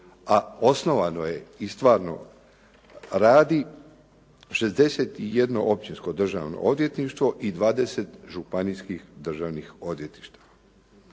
osnovano je i stvarno radi 61 općinsko državno odvjetništvo i 20 županijskih državnih odvjetništva.